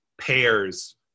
pairs